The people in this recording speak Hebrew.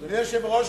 אדוני היושב-ראש,